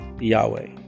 Yahweh